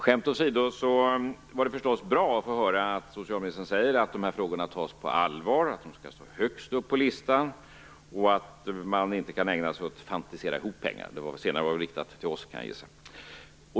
Skämt åsido är det förstås bra att socialministern säger att dessa frågor skall tas på allvar, att de skall stå högst upp på listan och att man inte kan ägna sig åt att fantisera ihop pengar. Det senare var väl riktat till oss kan jag gissa.